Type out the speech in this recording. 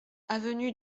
avenue